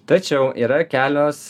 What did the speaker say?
tačiau yra kelios